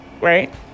right